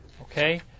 okay